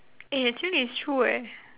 eh actually it's true eh